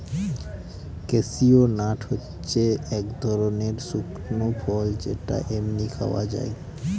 cashew nut হচ্ছে এক ধরনের শুকনো ফল যেটা এমনি খাওয়া যায়